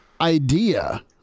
idea